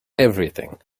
everything